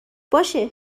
باشه